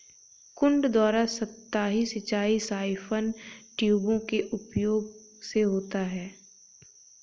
कुंड द्वारा सतही सिंचाई साइफन ट्यूबों के उपयोग से होता है